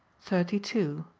thirty two.